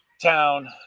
town